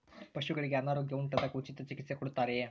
ಪಶುಗಳಿಗೆ ಅನಾರೋಗ್ಯ ಉಂಟಾದಾಗ ಉಚಿತ ಚಿಕಿತ್ಸೆ ಕೊಡುತ್ತಾರೆಯೇ?